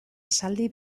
esaldi